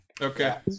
Okay